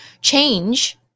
change